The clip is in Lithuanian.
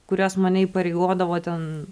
kurios mane įpareigodavo ten